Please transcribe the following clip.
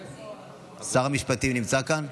שר המשפטים נמצא כאן?